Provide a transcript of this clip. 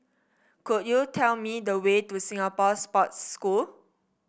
could you tell me the way to Singapore Sports School